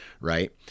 Right